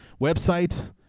website